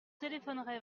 téléphonerai